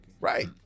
Right